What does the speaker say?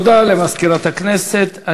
תודה למזכירת הכנסת.